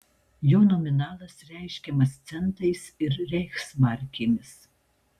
jo nominalas reiškiamas centais ir reichsmarkėmis